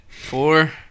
four